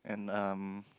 and um